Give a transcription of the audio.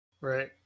Right